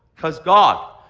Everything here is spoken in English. because god.